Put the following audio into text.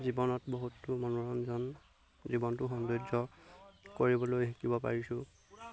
জীৱনত বহুতো মনোৰঞ্জন জীৱনটো সৌন্দৰ্য কৰিবলৈ শিকিব পাৰিছোঁ